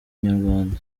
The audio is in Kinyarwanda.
inyarwanda